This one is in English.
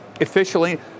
officially